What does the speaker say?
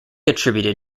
attributed